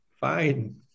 fine